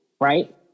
right